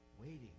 Waiting